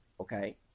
Okay